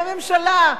הממשלה.